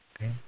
Okay